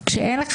תאמין או לא